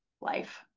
life